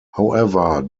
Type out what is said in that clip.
however